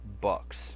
bucks